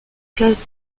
classes